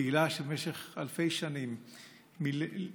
קהילה שבמשך אלפי שנים מלמלה: